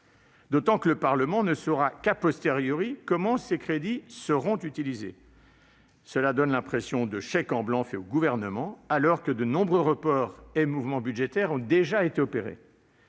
De surcroît, le Parlement ne saura qu'comment ces crédits seront utilisés. Cela donne l'impression de « chèques en blanc » faits au Gouvernement alors que de nombreux reports et mouvements budgétaires ont déjà été opérés.